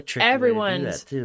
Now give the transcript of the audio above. everyone's